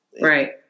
Right